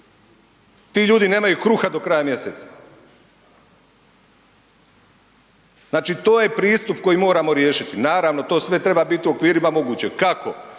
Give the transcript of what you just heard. Ti ljudi nemaju kruha do kraja mjeseca. Znači to je pristup koji moramo riješiti. Naravno to sve treba biti u okvirima mogućeg. Kako?